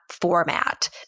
Format